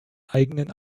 eigenen